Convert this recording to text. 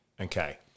Okay